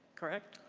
correct?